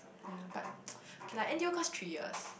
ya but okay lah N_T_U course three years